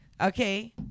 Okay